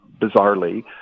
bizarrely